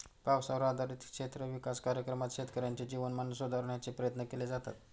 पावसावर आधारित क्षेत्र विकास कार्यक्रमात शेतकऱ्यांचे जीवनमान सुधारण्याचे प्रयत्न केले जातात